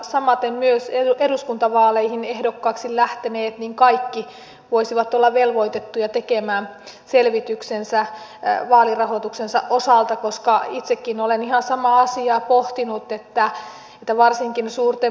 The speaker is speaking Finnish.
samaten myös eduskuntavaaleihin ehdokkaaksi lähteneet kaikki voisivat olla velvoitettuja tekemään selvityksensä vaalirahoituksensa osalta koska itsekin olen ihan samaa asiaa pohtinut että jos varsinkin suurten